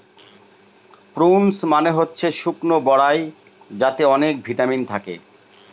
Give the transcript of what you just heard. prunes মানে হচ্ছে শুকনো বরাই যাতে অনেক ভিটামিন থাকে